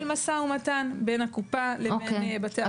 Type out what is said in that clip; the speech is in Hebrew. מתנהל משא ומתן בין הקופה לבין בתי החולים.